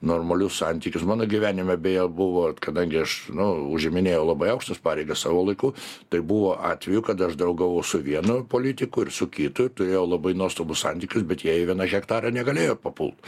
normalius santykius mano gyvenime beje buvo kadangi aš nu užiminėjau labai aukštas pareigas savo laiku tai buvo atvejų kada aš draugavau su vienu politiku ir su kitu turėjau labai nuostabius santykius bet jei vieną hektarą negalėjo papult